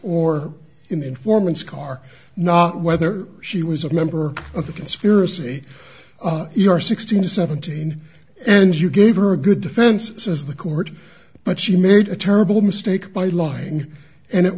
the informant's car not whether she was a member of the conspiracy or sixteen or seventeen and you gave her a good defense says the court but she made a terrible mistake by lying and it